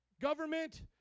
government